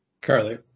Carly